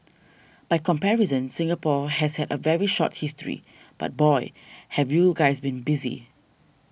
by comparison Singapore has had a very short history but boy have you guys been busy